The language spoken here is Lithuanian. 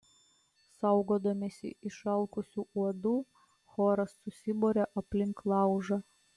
saugodamiesi išalkusių uodų choras susiburia aplink laužą